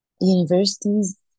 universities